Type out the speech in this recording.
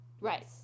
right